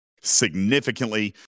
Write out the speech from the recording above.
significantly –